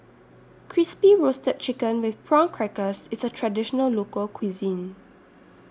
Crispy Roasted Chicken with Prawn Crackers IS A Traditional Local Cuisine